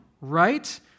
right